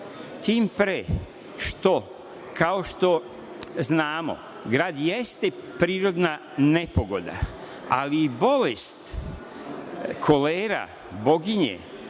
tim pre, što, kao što znamo grad jeste prirodna nepogoda, ali i bolest kolera, boginje,